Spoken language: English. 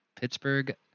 Pittsburgh